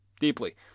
deeply